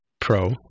Pro